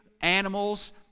animals